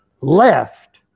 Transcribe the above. left